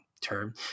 term